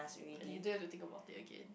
cause later to take about it again